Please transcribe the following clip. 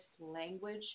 language